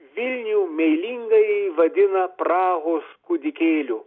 vilnių meilingai vadina prahos kūdikėliu